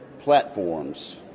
platforms